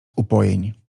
upojeń